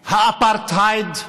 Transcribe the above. האפרטהייד,